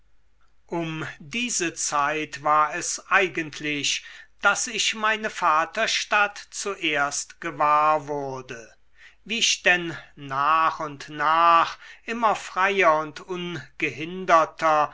um diese zeit war es eigentlich daß ich meine vaterstadt zuerst gewahr wurde wie ich denn nach und nach immer freier und ungehinderter